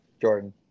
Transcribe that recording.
Jordan